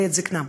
לעת זיקנה.